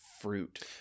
fruit